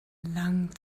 lang